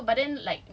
so but then like